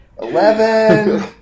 Eleven